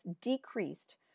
decreased